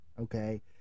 okay